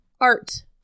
art